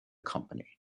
company